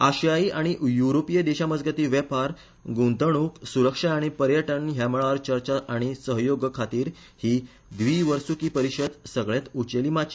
आशिया आनी युरोपिय देशामजगती वेपार गुंतवणूक सुरक्षा आनी पर्यटन ह्या मळार चर्चा आनी सहयोगा खातीर ही व्दिवसुर्की परीषद सगळ्यात उचेली माची